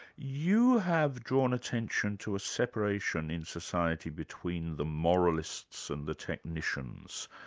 you have drawn attention to a separation in society between the moralists and the technicians.